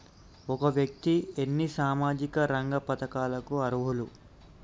ఒక వ్యక్తి ఎన్ని సామాజిక రంగ పథకాలకు అర్హులు?